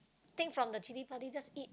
take from the chilli-padi just eat